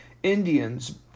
Indians